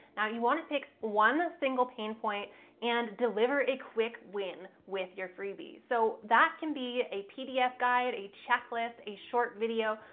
now, you want to pick one single pain point and deliver a quick win with your freebie. so that can be a pdf guide, a checklist, a short video,